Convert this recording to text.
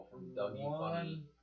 one